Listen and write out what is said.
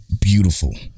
beautiful